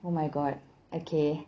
oh my god okay